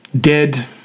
dead